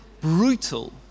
brutal